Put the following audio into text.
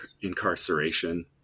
incarceration